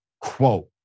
quote